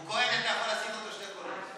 הוא כהן, אתה יכול לשים אותו כשני קולות.